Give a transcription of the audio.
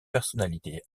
personnalité